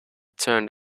turned